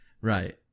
right